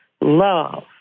love